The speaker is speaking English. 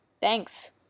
Thanks